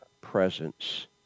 presence